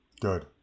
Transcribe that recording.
Good